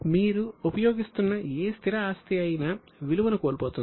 మీరు ఉపయోగిస్తున్న ఏ స్థిర ఆస్తి అయినా విలువను కోల్పోతుంది